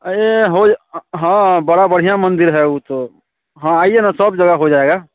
अरे होए हाँ बड़ा बढिया मंदिर है वह तो हाँ आईए ना सब जगाह हो जाएगा